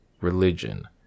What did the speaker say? religion